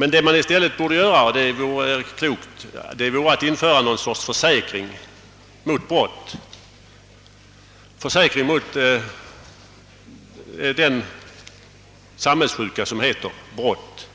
Vad man i stället borde göra vore att införa någon sorts försäkring mot den samhällsjuka som heter brott.